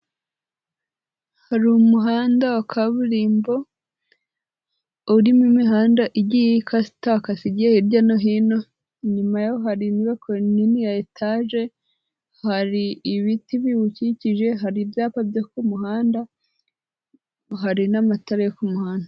Hari umuhanda wa kaburimbo urimo imihanda igiye ikatakase igiye hirya no hino, inyuma yaho hari inyubako nini ya etaje, hari ibiti biwukikije, hari ibyapa byo ku muhanda, hari n'amatara yo ku muhanda.